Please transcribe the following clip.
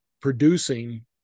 producing